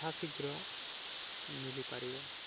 ଯଥା ଶୀଘ୍ର ମିଳିପାରିବ